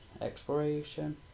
exploration